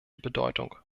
bedeutung